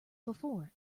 before